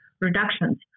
reductions